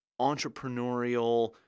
entrepreneurial